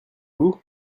vous